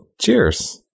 Cheers